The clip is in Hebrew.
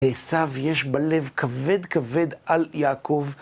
לעשו יש בלב כבד כבד על יעקב.